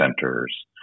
centers